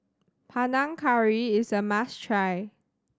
Panang Curry is a must try